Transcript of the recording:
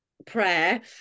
prayer